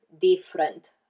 different